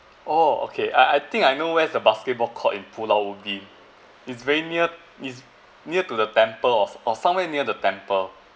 oh okay I I think I know where's the basketball court in Pulau Ubin it's very near it's near to the temple of or somewhere near the temple